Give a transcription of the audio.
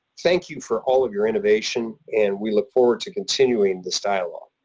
thank you for all of your innovation, and we look forward to continuing this dialogue.